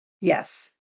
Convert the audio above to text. Yes